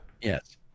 yes